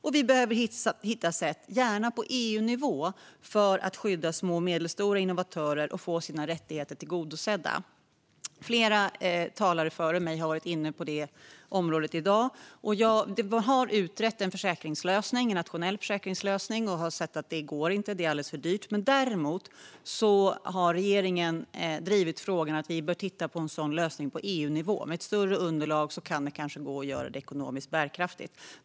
Vidare behöver vi hitta sätt, gärna på EU-nivå, för att skydda små och medelstora innovatörer så att de kan få sina rättigheter tillgodosedda. Flera talare före mig har varit inne på området i dag. En nationell försäkringslösning har utretts, men det blir alldeles för dyrt. Däremot har regeringen drivit frågan att vi bör titta på en sådan lösning på EU-nivå. Med ett större underlag kan det bli ekonomiskt bärkraftigt.